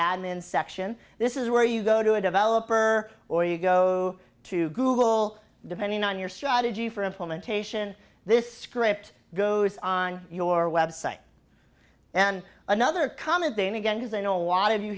admin section this is where you go to a developer or you go to google depending on your strategy for implementation this script goes on your website and another comment then again because i know a lot of you